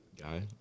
Guy